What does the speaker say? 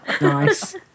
Nice